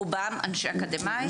רובם אקדמאיים.